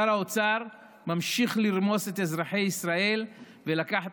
שר האוצר ממשיך לרמוס את אזרחי ישראל ולקחת